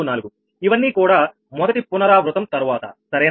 0244 ఇవన్నీ కూడామొదటి పునరావృతం తరువాత సరేనా